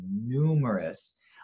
numerous